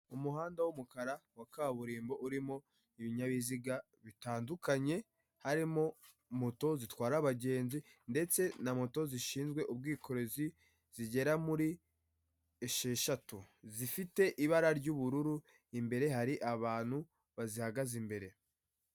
Inyubako ikoreramo saniramu ikigo gikorera mu Rwanda gitanga ubwishingizi hari mudasobwa eshatu amafoto ari ku gikuta ndetse n'ibyapa.